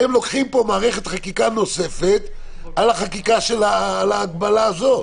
אתם לוקחים פה מערכת חקיקה נוספת על החקיקה של ההגבלה הזאת.